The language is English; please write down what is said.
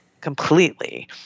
completely